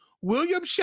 william